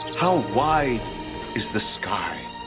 how wide is the sky?